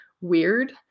weird